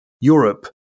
Europe